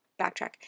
backtrack